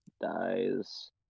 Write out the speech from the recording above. dies